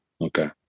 okay